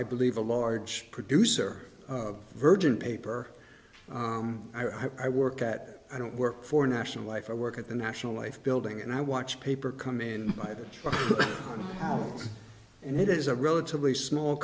i believe a large producer of virgin paper i work at i don't work for national life i work at the national life building and i watch paper come in by the house and it is a relatively small